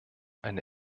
eine